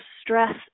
stress